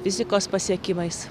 fizikos pasiekimais